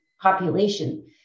population